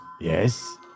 Yes